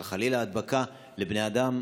של הדבקה לבני אדם,